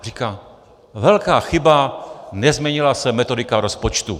Říká: Velká chyba, nezměnila se metodika rozpočtu.